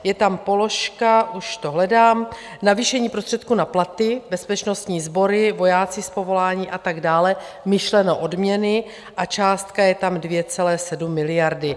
Je tam položka, už to hledám, navýšení prostředků na platy, bezpečnostní sbory, vojáci z povolání a tak dále, myšleno odměny, a částka je tam 2,7 miliardy.